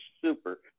super